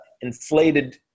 inflated